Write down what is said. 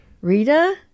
Rita